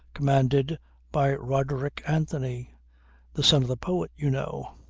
commanded by roderick anthony the son of the poet, you know.